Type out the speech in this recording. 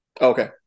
Okay